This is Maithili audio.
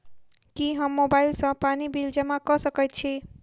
की हम मोबाइल सँ पानि बिल जमा कऽ सकैत छी?